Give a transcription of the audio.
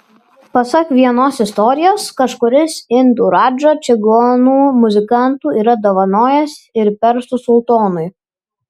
pasak vienos istorijos kažkuris indų radža čigonų muzikantų yra dovanojęs ir persų sultonui